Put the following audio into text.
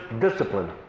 discipline